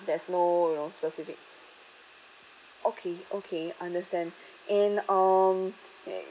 there's no you know specific okay okay understand and um